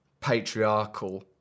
patriarchal